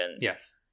Yes